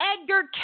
Edgar